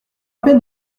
peine